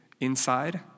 inside